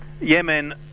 Yemen